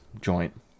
joint